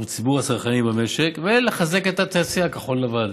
ציבור הצרכנים במשק ולחזק את תעשיית כחול-לבן.